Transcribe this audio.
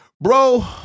Bro